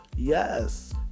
Yes